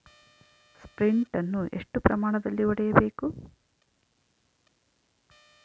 Sprint ಅನ್ನು ಎಷ್ಟು ಪ್ರಮಾಣದಲ್ಲಿ ಹೊಡೆಯಬೇಕು?